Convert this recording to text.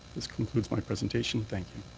this concludes my presentation. thank you.